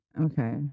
okay